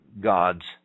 God's